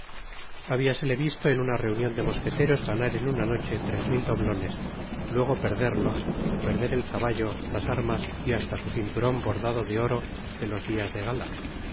habiasele visto en una reunion de mosqueteros ganar en una noche tres mil doblones luego perderlos perder el caballo las armas y hasta su cinturon bordado de oro de los dias de gala